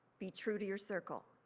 be true to your circle.